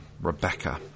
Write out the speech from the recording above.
Rebecca